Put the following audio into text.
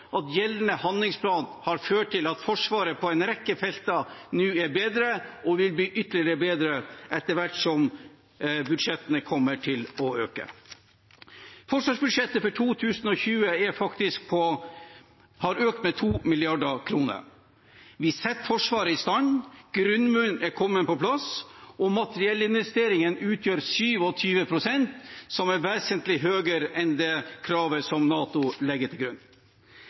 at gjeldende handlingsplan har ført til at Forsvaret på en rekke felter nå er bedre, og at det vil bli ytterligere bedret etter hvert som budsjettene kommer til å øke. Forsvarsbudsjettet for 2020 har økt med 2 mrd. kr. Vi setter Forsvaret i stand, grunnmuren er kommet på plass, og materiellinvesteringene utgjør 27 pst., noe som er vesentlig høyere enn det kravet NATO legger til grunn.